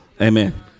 Amen